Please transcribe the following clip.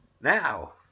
now